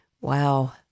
Wow